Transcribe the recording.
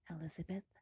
Elizabeth